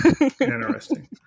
Interesting